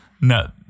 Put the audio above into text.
No